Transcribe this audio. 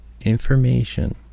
information